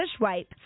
wipe